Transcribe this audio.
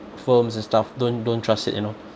firms and stuff don't don't trust it you know